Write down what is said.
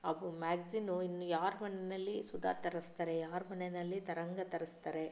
ಹಾಗೂ ಮ್ಯಾಗ್ಝಿನ್ ಇನ್ನೂ ಯಾರ ಮನೆಯಲ್ಲಿ ಸುಧಾ ತರಿಸ್ತಾರೆ ಯಾರ ಮನೆಯಲ್ಲಿ ತರಂಗ ತರಿಸ್ತಾರೆ